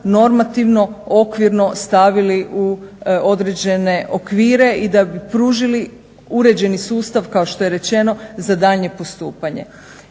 normativno, okvirno stavili u određene okvire i da bi pružili uređeni sustav kao što je rečeno za daljnje postupanje.